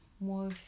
more